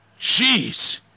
Jeez